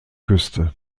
küste